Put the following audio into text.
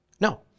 No